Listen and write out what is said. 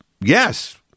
yes